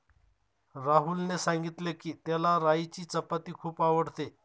राहुलने सांगितले की, त्याला राईची चपाती खूप आवडते